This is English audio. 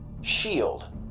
shield